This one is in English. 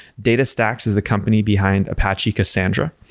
datastax is the company behind apache cassandra.